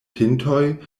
pintoj